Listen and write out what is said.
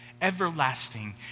everlasting